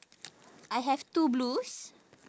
I have two blues